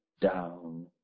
down